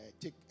take